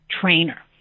trainer